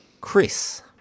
Chris